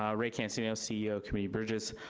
um ray cancino, ceo community bridges.